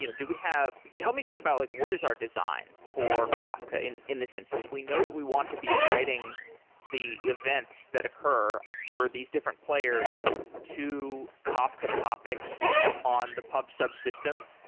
you know do we have help me think about like what is our design for kafka in in this instance. we know that we want to be writing the events that occur for these different players to kafka topics on the pub sub system.